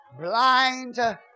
Blind